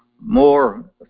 more